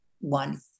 one